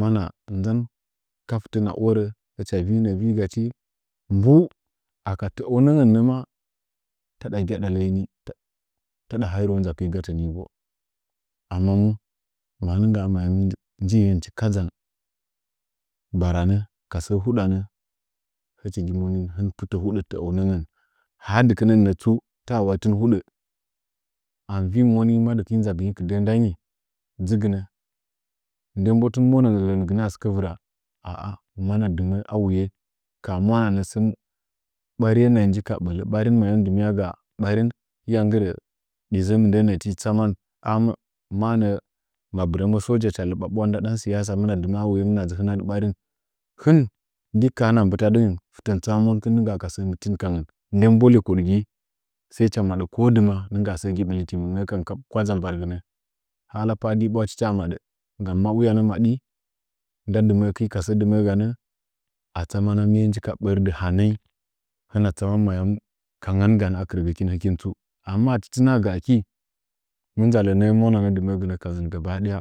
Mana nzan ka fɨtɚ hɨna arɚ htcha vi nɚɚ vigachi mbu aka tɚ’ɚunɚngɚn nɚ ma taɗa gyada lɚn ni tada hai ruwa nzakizy ni gatɚ amma mu ma nɚgaa ayaun njichi kadzang baranɚ ka sɚɚ hudanɚ hɨchi gi monɨn hin pɨtɚ huɗɚ tɚɚ a nɚngɚn ha dɨkinɚn nɚtsu ta wai tɨn huɗɚ a mɨ vi mɨ moni madɨkinyi nzagɨnyi kɨdɚh nda hɨh dzɨgnɚ ndan bo tɨn monɚ lɚngɨnɚ a sɨkɚ vɨra aa mana dɨmɚɚ a wuye ka ha mwanana sɚn ɓariye nɚɚnji ka ɓɚlɚ ɓarin nɚɚ dɨmyaga hɨya nggɨrɚ ɓɨzɚ mɨndɚn nɚɚ ti tsaman ma nɚɚ ma bɨrɚmɚ saja hɨcha lɨba ɓwan nda ɗan siyasa a wuye hɨmina dzɨ hɨnadɨ barih hɨn ndeka hɨna mbɚtadɨnyi fɨt mɨ tsa ma monkɨn ka sɚ mbɚtin kangɚn nden bo lɚkodgi sai cha maɗɚ ko dɨma nɨngga sɚgi mbɨliɨimɨn nɚ'ɚ kadza gbargɨna hala paadɨ bwa tɨcha maɗɚ gam ma uyana maɗi nda dɨmɚɚkinyi ka sɚ dɨmɚ ɚganɚ a tsamana maye nji ka ɓɚrdɨ hanɚnyi hɨna tsama mayam kangɚn ganɚ a kɨrɚgɚkih tsu amma achi tɨna gɚ aki mɨ jalɚ nɚɚ mwananɚ dɨmɚgɨnɚ sɚn gaba daya